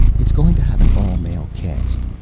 it's going to have an all-male cast,